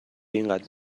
اینقدر